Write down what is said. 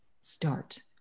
start